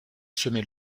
semer